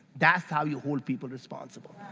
that's how you hold people responsible.